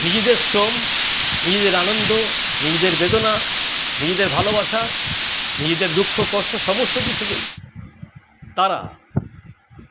নিজেদের শ্রম নিজেদের আনন্দ নিজেদের বেদনা নিজেদের ভালোবাসা নিজেদের দুঃখ কষ্ট সমস্ত কিছুকেই তারা